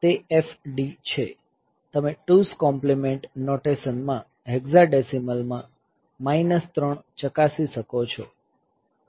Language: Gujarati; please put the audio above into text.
તે FD છે તમે 2's કોમ્પ્લીમેન્ટ નોટેશનમાં હેક્ઝાડેસિમલમાં માઈનસ 3 ચકાસી શકો છો